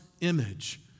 image